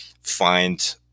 find